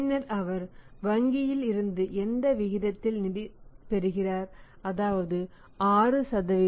பின்னர் அவர் வங்கியில் இருந்து எந்த விகிதத்தில் நிதி பெறுகிறார் அதாவது 6